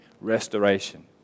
restoration